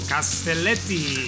Castelletti